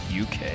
UK